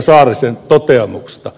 saarisen toteamuksesta